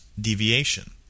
deviation